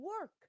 work